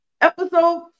episode